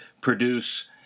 produce